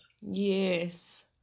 yes